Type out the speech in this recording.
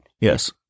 Yes